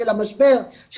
של המשבר,